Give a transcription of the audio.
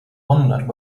wondered